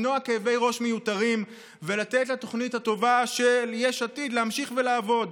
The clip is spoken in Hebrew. למנוע כאבי ראש מיותרים ולתת לתוכנית הטובה של יש עתיד להמשיך לעבוד.